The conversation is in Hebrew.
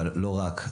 אבל לא רק.